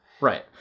Right